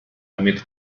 damit